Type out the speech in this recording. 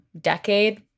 decade